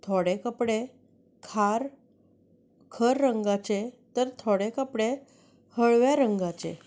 थोडे कपडे खार खर रंगाचे तर थोडे कपडे हळव्या रंगाचे